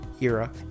era